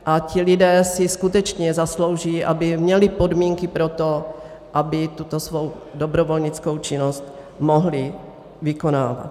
A ti lidé si skutečně zaslouží, aby měli podmínky pro to, aby tuto svou dobrovolnickou činnost mohli vykonávat.